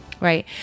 Right